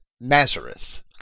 Nazareth